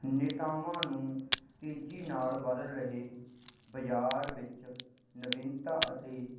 ਨੇਤਾਵਾਂ ਨੂੰ ਤੇਜ਼ੀ ਨਾਲ ਬਦਲ ਰਹੇ ਬਾਜ਼ਾਰ ਵਿੱਚ ਨਵੀਨਤਾ ਅਤੇ